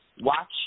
Watch